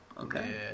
Okay